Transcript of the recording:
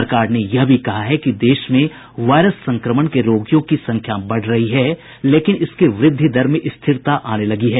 सरकार ने यह भी कहा है कि देश में वायरस संक्रमण के रोगियों की संख्या बढ़ रही है लेकिन इसकी वृद्धि दर में स्थिरता आने लगी है